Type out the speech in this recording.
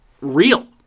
real